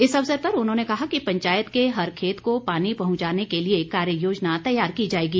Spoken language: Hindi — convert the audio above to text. इस अवसर पर उन्होंने कहा कि पंचायत के हर खेत को पानी पहुंचाने के लिए कार्य योजना तैयार की जाएगी